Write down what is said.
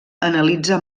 analitza